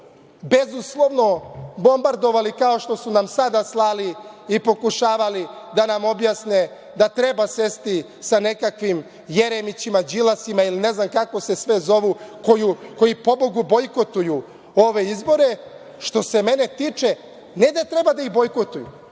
bezuslovno bombardovali kao što su nam sada slali i pokušavali da nam objasne da treba sesti sa nekakvim Jeremićima, Đilasima, ili ne znam kako se sve zovu, koji pobogu bojkotuju ove izbore. Što se mene tiče, ne da treba da ih bojkotuju,